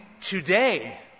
today